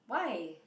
why